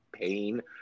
pain